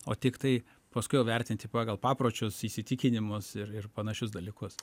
o tiktai paskui jau vertinti pagal papročius įsitikinimus ir ir panašius dalykus